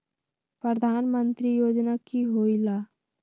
प्रधान मंत्री योजना कि होईला?